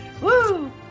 woo